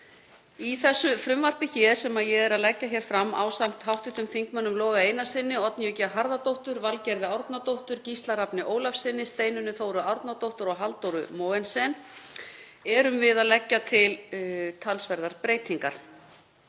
Í þessu frumvarpi sem ég er að leggja hér fram, ásamt hv. þingmönnum Loga Einarssyni, Oddnýju G. Harðardóttur, Valgerði Árnadóttur, Gísla Rafni Ólafssyni, Steinunni Þóru Árnadóttur og Halldóru Mogensen, erum við að leggja til talsverðar breytingar.